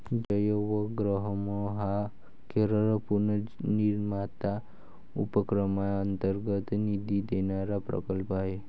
जयवग्रहम हा केरळ पुनर्निर्माण उपक्रमांतर्गत निधी देणारा प्रकल्प आहे